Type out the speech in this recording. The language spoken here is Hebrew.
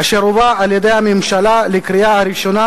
אשר הובאה על-ידי הממשלה לקריאה ראשונה